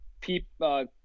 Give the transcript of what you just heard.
people